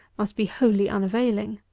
must be wholly unavailing.